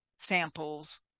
samples